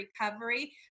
recovery